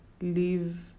leave